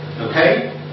Okay